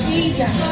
Jesus